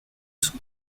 sont